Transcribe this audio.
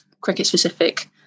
cricket-specific